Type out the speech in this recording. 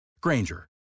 Granger